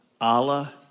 Allah